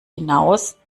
hinaus